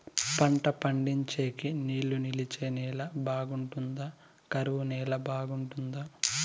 పంట పండించేకి నీళ్లు నిలిచే నేల బాగుంటుందా? కరువు నేల బాగుంటుందా?